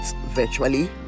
virtually